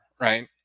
right